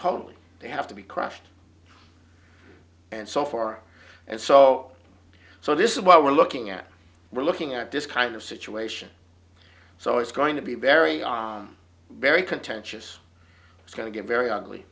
totally they have to be crushed and so far and so so this is what we're looking at we're looking at this kind of situation so it's going to be very on very contentious it's going to get very ugly